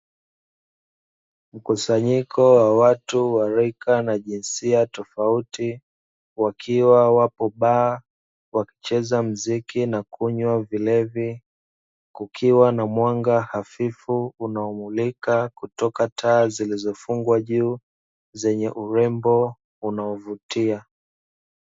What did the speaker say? Mkusanyiko wa watu wa rika na jinsia tofauti, wakiwa wapo baa wakicheza mziki na kunywa vilevi kukiwa na mwanga hafifu unaomulika kutoka taa zilizofungwa juu zenye urembo unaovutia.